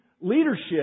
leadership